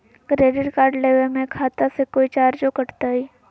Credit card लेवे में खाता से कोई चार्जो कटतई?